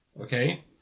okay